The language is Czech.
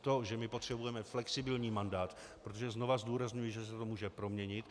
To, že potřebujeme flexibilní mandát, protože znovu zdůrazňuji, že se to může proměnit.